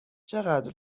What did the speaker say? چقدر